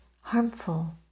harmful